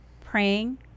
praying